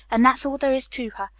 and that's all there is to her.